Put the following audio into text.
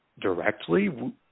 directly